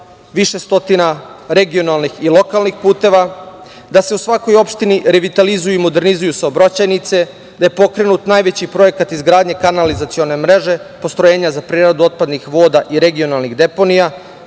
više stotina regionalnih i lokalnih puteva, da se u svakoj opštini revitalizuju i modernizuju saobraćajnice, da je pokrenut najveći projekat izgradnje kanalizacione mreže postrojenja za preradu otpadnih voda i regionalnih deponija,